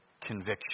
conviction